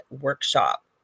workshop